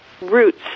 roots